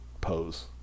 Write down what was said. pose